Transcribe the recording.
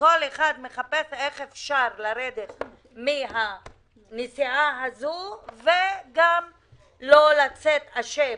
כל אחד מחפש איך אפשר לרדת מהנסיעה הזו וגם לא לצאת אשם